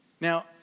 Now